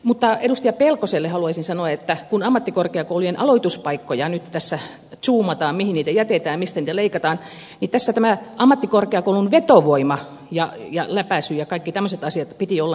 mutta edustaja pelkoselle haluaisin sanoa että kun ammattikorkeakoulujen aloituspaikkoja nyt tässä zoomataan mihin niitä jätetään mistä niitä leikataan niin ammattikorkeakoulun vetovoiman ja läpäisyn ja kaikkien tämmöisten asioiden piti olla ykkösenä